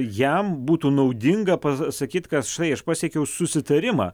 jam būtų naudinga pasakyti kad štai aš pasiekiau susitarimą